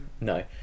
No